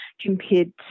compared